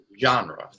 genre